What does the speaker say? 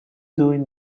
doing